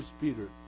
Peter